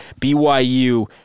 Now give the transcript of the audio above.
BYU